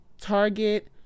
Target